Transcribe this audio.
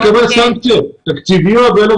יש עליהם סנקציות תקציביות.